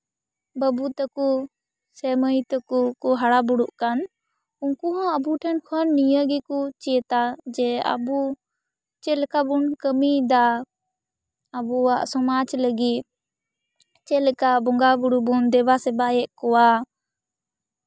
ᱵᱟ ᱵᱩ ᱛᱟᱠᱚ ᱥᱮ ᱢᱟᱹᱭ ᱛᱟᱠᱚ ᱠᱚ ᱦᱟᱨᱟ ᱵᱩᱨᱩᱜ ᱠᱟᱱ ᱩᱠᱱᱠᱩ ᱦᱚᱸ ᱟᱵᱚ ᱴᱷᱮᱱ ᱠᱷᱚᱱ ᱱᱤᱭᱟᱹ ᱜᱮᱠᱚ ᱪᱮᱫᱟ ᱡᱮ ᱟᱵᱚ ᱪᱮᱫᱞᱮᱠᱟ ᱵᱚᱱ ᱠᱟᱹᱢᱤᱭᱮᱫᱟ ᱟᱵᱚᱣᱟᱜ ᱥᱚᱢᱟᱡᱽ ᱞᱟᱹᱜᱤᱫ ᱪᱮᱫᱞᱮᱠᱟ ᱵᱚᱸᱜᱟ ᱵᱳᱨᱳ ᱵᱚᱱ ᱫᱮᱵᱟᱼᱥᱮᱵᱟᱭᱮᱫ ᱠᱚᱣᱟ